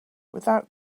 without